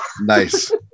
Nice